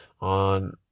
on